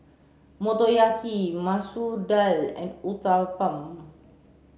Motoyaki Masoor Dal and Uthapam